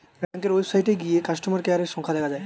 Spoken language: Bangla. ব্যাংকের ওয়েবসাইটে গিয়ে কাস্টমার কেয়ারের সংখ্যা দেখা যায়